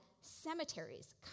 Cemeteries